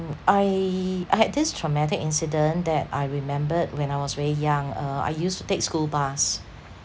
I I had this traumatic incident that I remembered when I was very young uh I used to take school bus